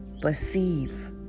perceive